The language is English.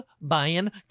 buying